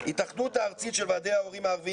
התאחדות הארצית של ועדי ההורים הערביים